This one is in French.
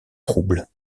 trouble